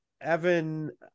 Evan